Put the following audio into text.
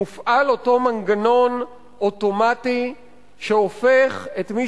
מופעל אותו מנגנון אוטומטי שהופך את מי